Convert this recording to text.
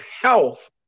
health